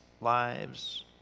lives